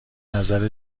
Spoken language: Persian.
نظر